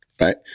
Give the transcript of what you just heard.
right